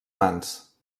mans